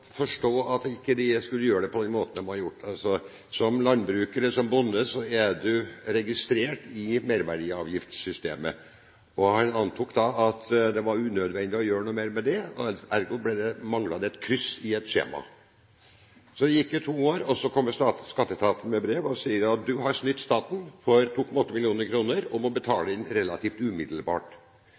forstå at de ikke skulle gjøre det på den måten de har gjort. Som landbruker og bonde er man registrert i merverdiavgiftssystemet, og han antok da at det var unødvendig å gjøre noe mer med det – ergo manglet det et kryss i et skjema. Så gikk det to år, og så kommer skatteetaten med et brev og sier at han har snytt staten for 2,8 mill. kr og må betale det inn relativt umiddelbart.